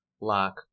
lock